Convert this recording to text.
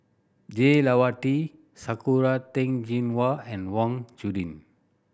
Jah Lelawati Sakura Teng Ying Hua and Wang Chunde